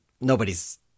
nobody's